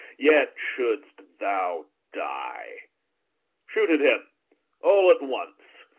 yet shouldst thou die shoot at him all at once.